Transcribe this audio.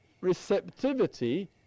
receptivity